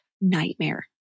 nightmare